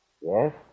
Yes